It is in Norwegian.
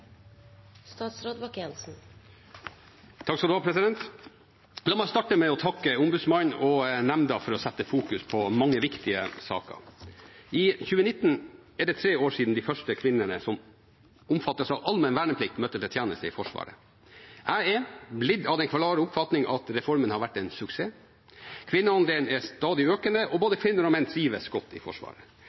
La meg starte med å takke Ombudsmannsnemnda for å sette mange viktige saker i fokus. I 2019 er det tre år siden de første kvinnene som omfattes av allmenn verneplikt, møtte til tjeneste i Forsvaret. Jeg er av den klare oppfatning at reformen har vært en suksess. Kvinneandelen er stadig økende, og både kvinner og menn trives godt i Forvaret. Denne situasjonen har gitt oss et grunnlag for å kunne øke kvinneandelen og mangfoldet i Forsvaret